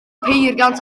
peiriant